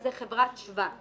חברת שבא.